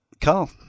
Carl